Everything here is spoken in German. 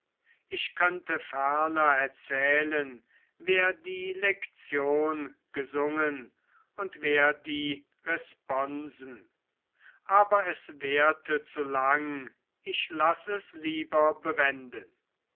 ich könnte ferner erzählen wer die lektion gesungen und wer die responsen aber es währte zu lang ich lass es lieber bewenden